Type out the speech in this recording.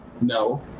No